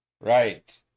Right